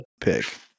pick